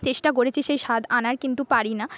চেষ্টা করেছি সেই স্বাদ আনার কিন্তু পারি না